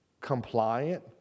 compliant